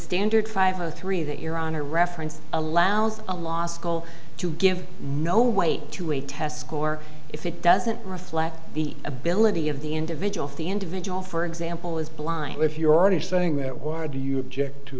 standard five zero three that your honor referenced allows a law school to give no weight to a test score if it doesn't reflect the ability of the individual the individual for example is blind or if you're already saying that why do you object to